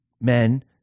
men